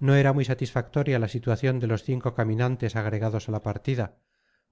no era muy satisfactoria la situación de los cinco caminantes agregados a la partida